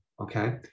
okay